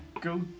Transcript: go